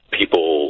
people